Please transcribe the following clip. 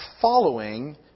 following